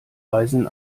weisen